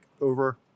over